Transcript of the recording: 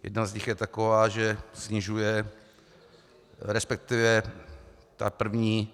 Jedna z nich je taková, že snižuje, resp. ta první...